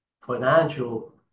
financial